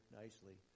nicely